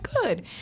good